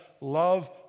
love